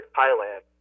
Thailand